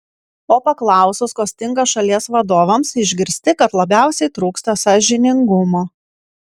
o paklausus ko stinga šalies vadovams išgirsti kad labiausiai trūksta sąžiningumo